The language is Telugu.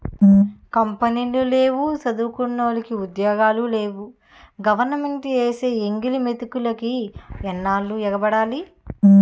కంపినీలు లేవు సదువుకున్నోలికి ఉద్యోగాలు లేవు గవరమెంటేసే ఎంగిలి మెతుకులికి ఎన్నాల్లు ఎగబడాల